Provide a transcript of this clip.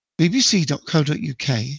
bbc.co.uk